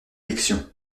élections